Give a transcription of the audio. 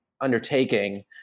undertaking